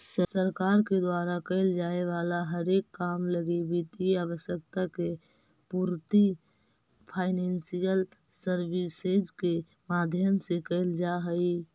सरकार के द्वारा कैल जाए वाला हरेक काम लगी वित्तीय आवश्यकता के पूर्ति फाइनेंशियल सर्विसेज के माध्यम से कैल जा हई